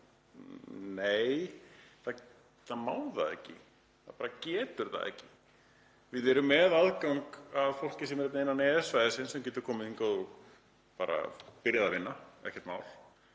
Nei, fólk má það ekki, það bara getur það ekki. Við erum með aðgang að fólki sem er innan EES-svæðisins sem getur komið hingað og byrjað að vinna, ekkert mál,